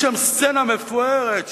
יש שם סצנה מפוארת,